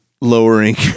Lowering